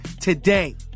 today